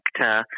sector